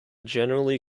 generally